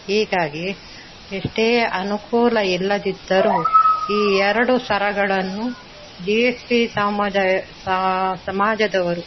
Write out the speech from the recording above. ಹೀಗಾಗಿ ಎಷ್ಟೇ ಅನುಕೂಲ ಇಲ್ಲದಿದ್ದರೂ ಈ ಎರಡು ಸರಗಳನ್ನು ಜಿ ಎಸ್ ಬಿ ಸಾಮದ ಸಮಾಜದವರು